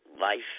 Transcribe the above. life